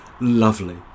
lovely